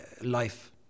life